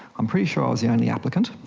i'm pretty sure i was the only applicant.